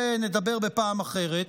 על זה נדבר בפעם אחרת,